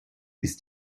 ist